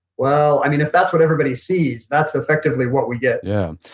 well, i mean if that's what everybody sees, that's effectively what we get yeah.